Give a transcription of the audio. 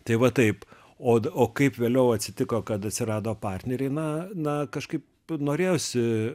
tai va taip o kaip vėliau atsitiko kad atsirado partneriai na na kažkaip norėjosi